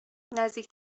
نزدیک